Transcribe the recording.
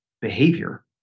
behavior